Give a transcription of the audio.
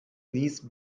niece